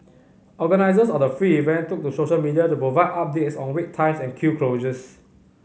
organisers of the free event took to social media to provide updates on wait times and queue closures